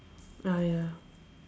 ah ya